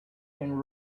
can